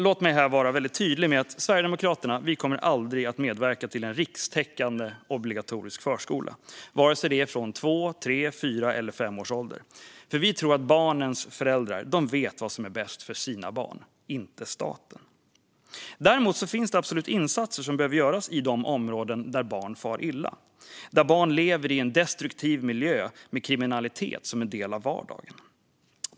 Låt mig här vara väldigt tydlig med att Sverigedemokraterna aldrig kommer att medverka till en rikstäckande, obligatorisk förskola vare sig det är från två, tre, fyra eller fem års ålder. Vi tror nämligen att barnens föräldrar vet som är bäst för deras barn, inte staten. Däremot behöver insatser absolut göras i de områden där barn far illa, där barn lever i en destruktiv miljö med kriminalitet som en del av vardagen.